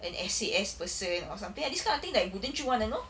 an S_A_F person or something like this kind of thing wouldn't you want to know